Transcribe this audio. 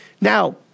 Now